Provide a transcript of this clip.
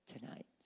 tonight